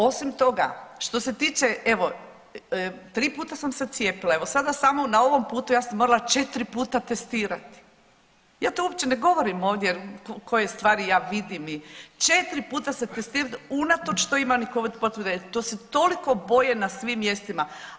Osim toga, što se tiče evo tri put sam se cijepila, evo sada samo na ovom putu ja sam morala četiri puta testirati, ja to uopće ne govorim ovdje koje stvari ja vidim, četiri puta se testirati unatoč što imam covid potvrde, to se toliko boje na svim mjestima.